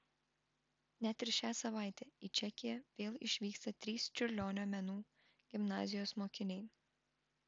net ir šią savaitę į čekiją vėl išvyksta trys čiurlionio menų gimnazijos mokiniai